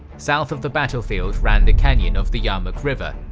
south of the battlefield ran the canyon of the yarmouk river,